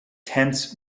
tense